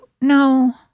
no